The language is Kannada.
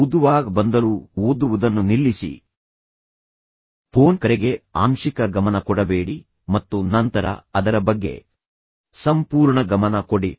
ಓದುವಾಗ ಬಂದರೂ ಓದುವುದನ್ನು ನಿಲ್ಲಿಸಿ ಕಂಪ್ಯೂಟರಿನಲ್ಲಿ ಬ್ಯುಸಿಯಿದ್ದರೂ ಏನೇನೋ ಟೈಪ್ ಮಾಡುತ್ತಿದ್ದರೂ ಫೋನ್ ಕರೆಗೆ ಆಂಶಿಕ ಗಮನ ಕೊಡಬೇಡಿ ಸಮಯಕ್ಕೆ ಟೈಪ್ ಮಾಡುವುದನ್ನು ನಿಲ್ಲಿಸಿ ಮತ್ತು ನಂತರ ಅದರ ಬಗ್ಗೆ ಸಂಪೂರ್ಣ ಗಮನ ಕೊಡಿ